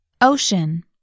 Ocean